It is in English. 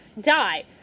die